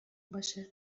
باشه